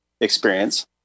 experience